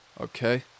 okay